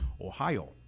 Ohio